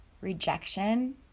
rejection